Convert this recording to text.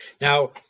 Now